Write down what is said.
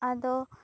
ᱟᱫᱚ